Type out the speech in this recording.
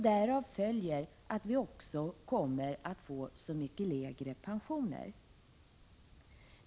Därav följer att de också kommer att få så mycket lägre pensioner.